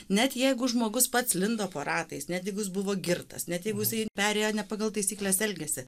net jeigu žmogus pats lindo po ratais net jeigu jis buvo girtas net jeigu ir perėjo ne pagal taisykles elgiasi